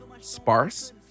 sparse